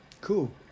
Cool